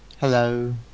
Hello